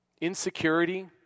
insecurity